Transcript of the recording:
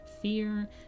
fear